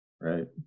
right